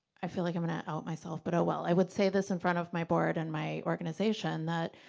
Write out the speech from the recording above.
i feel like i'm gonna out myself, but oh well. i would say this in front of my board and my organization that,